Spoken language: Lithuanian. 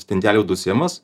stintelių dusimas